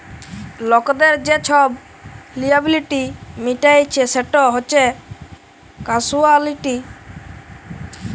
লকদের যে ছব লিয়াবিলিটি মিটাইচ্ছে সেট হছে ক্যাসুয়ালটি ইলসুরেলস